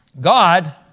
God